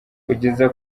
kugeza